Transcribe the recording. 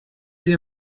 sie